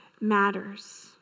matters